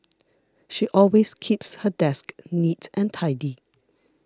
she always keeps her desk neat and tidy